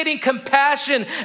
compassion